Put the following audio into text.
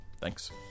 Thanks